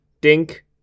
dink